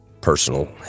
personal